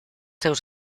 seus